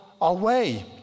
away